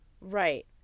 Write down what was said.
Right